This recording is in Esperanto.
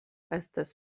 estas